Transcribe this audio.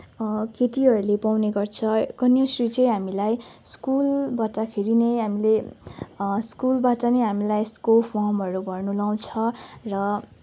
केटीहरूले पाउने गर्छ कन्याश्री चाहिँ हामीलाई स्कुलबाट खेरि नै हामीले स्कुलबाट नै हामीलाई यसको फर्महरू भर्न लाउँछ र